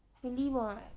really [what]